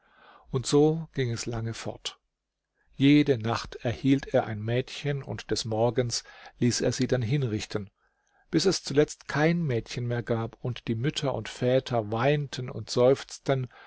und so ging es lange fort jede nacht erhielt er ein mädchen und des morgens ließ er sie dann hinrichten bis es zuletzt kein mädchen mehr gab und die mütter und väter weinten und seufzten